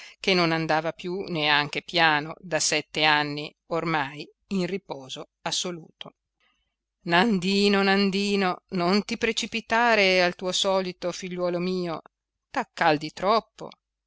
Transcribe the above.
che non andava più neanche piano da sette anni ormai in riposo assoluto nandino nandino non ti precipitare al tuo solito figliuolo mio t'accaldi troppo